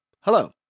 hello